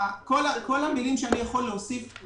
כל מה שאני יכול להוסיף זה,